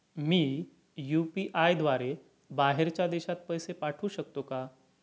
मी UPI द्वारे बाहेरच्या देशात पैसे पाठवू शकतो का?